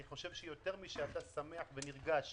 אני חושב שיותר משאתה שמח ונרגש